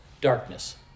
darkness